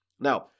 Now